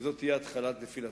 וזו תהיה התחלת נפילתך.